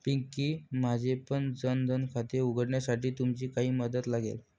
पिंकी, माझेपण जन धन खाते उघडण्यासाठी तुमची काही मदत लागेल